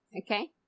okay